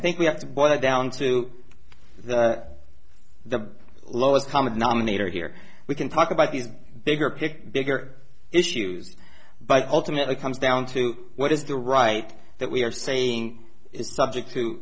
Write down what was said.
think we have to boil it down to the lowest common denominator here we can talk about the bigger picture bigger issues but ultimately comes down to what is the right that we are saying is subject to